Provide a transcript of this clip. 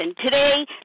Today